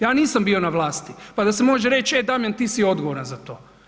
Ja nisam bio na vlasti, pa da se može reći e, Damjan ti si odgovoran za to.